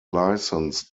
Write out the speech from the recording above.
license